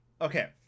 Okay